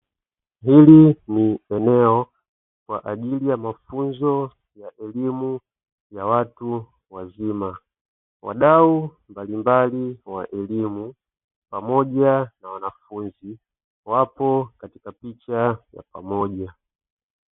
Hili ni eneo kwa ajili ya mafunzo ya elimu ya watu wazima, wadau mbalimbali wa elimu pamoja na wanafunzi wapo katika picha ya pamoja.